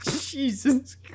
Jesus